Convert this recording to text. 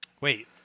Wait